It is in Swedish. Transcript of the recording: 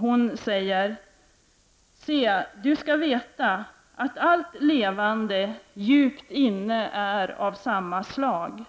Hon skriver: Se du skall veta, att allt levande djupt inne är av samma slag.